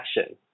action